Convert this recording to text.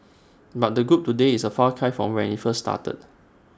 but the group today is A far cry from when IT first started